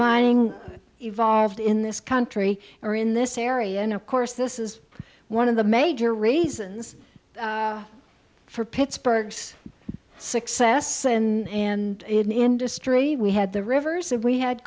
mining evolved in this country or in this area and of course this is one of the major reasons for pittsburgh's success in industry we had the rivers and we had